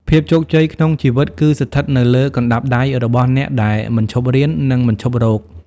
ភាពជោគជ័យក្នុងជីវិតគឺស្ថិតនៅលើកណ្តាប់ដៃរបស់អ្នកដែលមិនឈប់រៀន និងមិនឈប់រក។